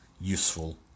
useful